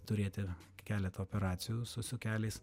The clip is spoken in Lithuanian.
turėti keletą operacijų su su keliais